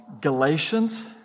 Galatians